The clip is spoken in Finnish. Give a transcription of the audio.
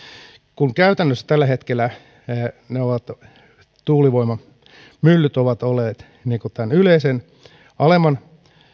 kun käytännössä tällä hetkellä tuulivoimamyllyt ovat olleet tämän yleisen alemman